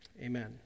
amen